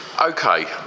Okay